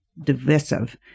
divisive